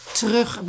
terug